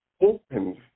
opened